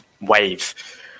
wave